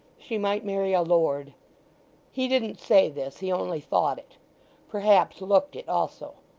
she might marry a lord he didn't say this. he only thought it perhaps looked it also.